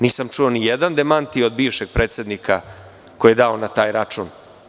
Nisam čuo nijedan demant od bivšeg predsednika koji je dao na taj račun.